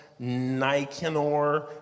Nicanor